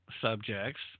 subjects